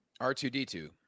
R2D2